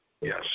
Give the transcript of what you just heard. yes